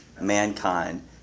mankind